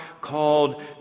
called